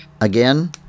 Again